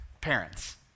Parents